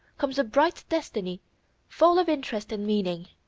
comes a bright destiny full of interest and meaning.